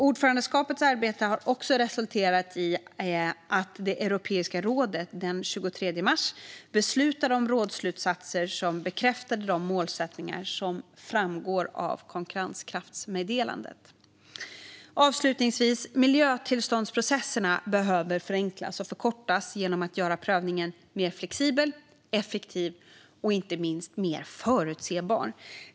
Ordförandeskapets arbete har också resulterat i att Europeiska rådet den 23 mars beslutade om rådsslutsatser som bekräftade de målsättningar som framgår av konkurrenskraftsmeddelandet. Avslutningsvis behöver miljötillståndsprocesserna förenklas och förkortas genom att man gör prövningen mer flexibel, effektiv och förutsebar.